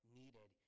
needed